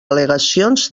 al·legacions